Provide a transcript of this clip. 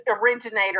originator